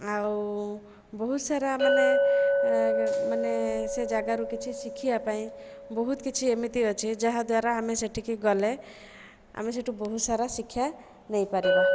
ଆଉ ବହୁତ ସାରା ମାନେ ଏ ମାନେ ସେ ଜାଗାରୁ କିଛି ଶିଖିବା ପାଇଁ ବହୁତ କିଛି ଏମିତି ଅଛି ଯାହାଦ୍ୱାରା ଆମେ ସେଠିକି ଗଲେ ଆମେ ସେଠୁ ବହୁତ ସାରା ଶିକ୍ଷା ନେଇ ପାରିବା